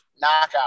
knockout